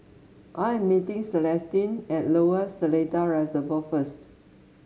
I am meeting Celestine at Lower Seletar Reservoir first